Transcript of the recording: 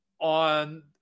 on